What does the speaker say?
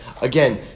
again